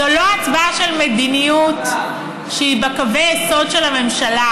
זו הצבעה של מדיניות שהיא בקווי היסוד של הממשלה,